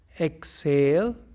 Exhale